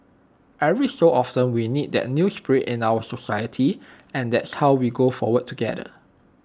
every so often we need that new spirit in our society and that how we go forward together